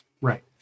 Right